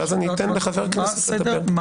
מה סדר הדוברים?